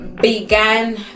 began